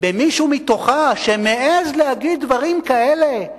במישהו מתוכה שמעז להגיד דברים כאלה,